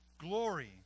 glory